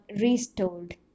restored